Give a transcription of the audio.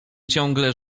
ciągle